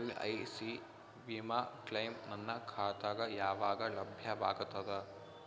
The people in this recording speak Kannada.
ಎಲ್.ಐ.ಸಿ ವಿಮಾ ಕ್ಲೈಮ್ ನನ್ನ ಖಾತಾಗ ಯಾವಾಗ ಲಭ್ಯವಾಗತದ?